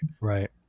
Right